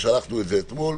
שלחנו אותם אתמול,